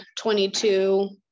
22